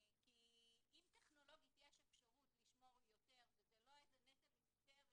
כי אם טכנולוגית יש אפשרות לשמור יותר וזה לא איזה נטל היסטרי